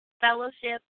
fellowship